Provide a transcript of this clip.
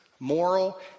Moral